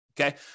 Okay